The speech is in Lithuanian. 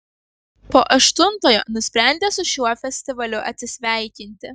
po aštuntojo nusprendė su šiuo festivaliu atsisveikinti